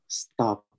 stop